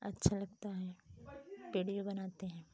अच्छा लगता है विडिओ बनाते है